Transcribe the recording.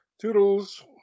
Toodles